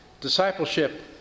Discipleship